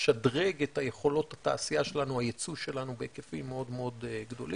לשדרג את יכולות התעשייה והייצוא שלנו בהיקפים מאוד גדולים.